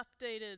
updated